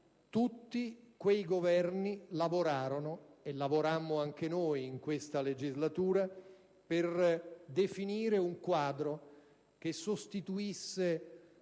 tutti quei Governo lavorarono - e abbiamo lavorato anche noi in questa legislatura - per definire un quadro che sostituisse